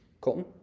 Colton